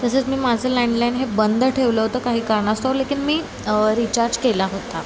तसेच मी माझं लँडलाईन हे बंद ठेवलं होतं काही करणास्तव लेकिन मी रिचार्ज केला होता